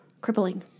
crippling